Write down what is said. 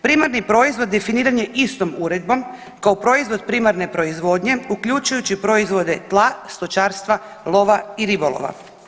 Primarni proizvod definiran je istom uredbom kao proizvod primarne proizvodnje uključujući proizvode tla, stočarstva, lova i ribolova.